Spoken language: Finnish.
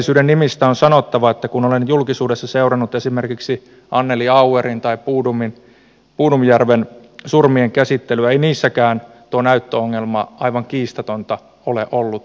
rehellisyyden nimissä on sanottava että kun olen julkisuudessa seurannut esimerkiksi anneli auerin tai bodominjärven surmien käsittelyä ei niissäkään tuo näyttöongelma aivan kiistatonta ole ollut